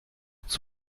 druck